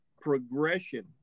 progression